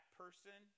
person